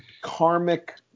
karmic